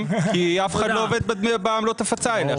כי אף אחד לא עובד בעמלות ההפצה האלה.